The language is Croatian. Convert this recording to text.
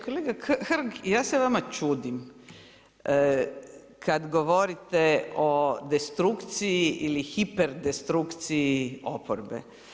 Kolega Hrg, ja se vama čudim kad govorite o destrukciji ili hiperdestrukciji oporbe.